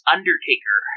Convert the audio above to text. Undertaker